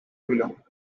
below